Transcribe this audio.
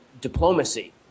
diplomacy